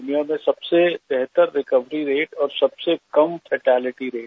दुनिया में सबसे बेहतर रिकवरी रेट और सबसे कम फैटेलिटी रेट